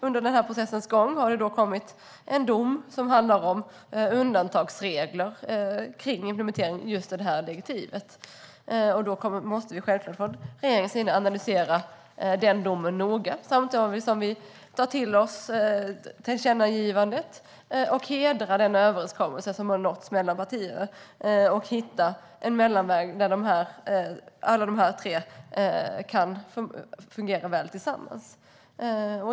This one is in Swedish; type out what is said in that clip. Under processens gång har det kommit en dom som handlar om undantagsregler som rör implementeringen av direktivet. Då måste självklart regeringen analysera den domen noga, samtidigt som vi tar till oss tillkännagivandet och hedrar den överenskommelse som har nåtts mellan partierna och hittar en mellanväg där alla de tre kan fungera väl tillsammans.